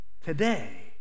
today